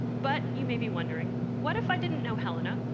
but you may be wondering, what if i didn't know helena,